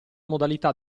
modalità